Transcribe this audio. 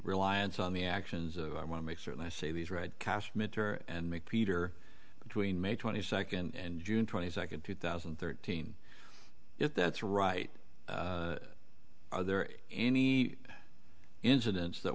reliance on the actions of i want to make certain i say these read cast mr and make peter between may twenty second and june twenty second two thousand and thirteen if that's right are there any incidents that